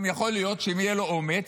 גם יכול להיות שאם יהיה לו אומץ,